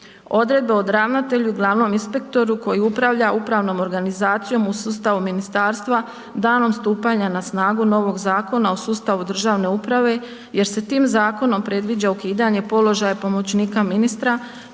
odredbe o ravnatelju i glavnom inspektoru koji upravlja upravnom organizacijom u sustavu ministarstva danom stupanja na snagu novog Zakona o sustavu državne uprave jer se tim zakonom predviđa ukidanje položaja pomoćnika ministra